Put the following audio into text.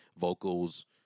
vocals